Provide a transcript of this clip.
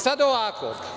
Sada ovako.